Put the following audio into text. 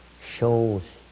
shows